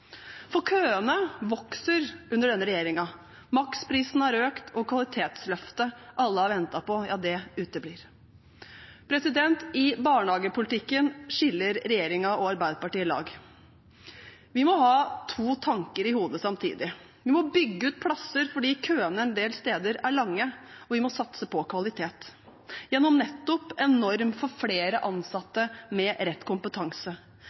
For køene vokser under denne regjeringen, maksprisen har økt, og kvalitetsløftet alle har ventet på, det uteblir. I barnehagepolitikken skiller regjeringen og Arbeiderpartiet lag. Vi må ha to tanker i hodet samtidig. Vi må bygge ut plasser fordi køene en del steder er lange, og vi må satse på kvalitet – gjennom nettopp en norm for flere ansatte med rett kompetanse,